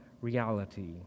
reality